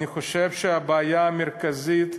אני חושב שהבעיה המרכזית,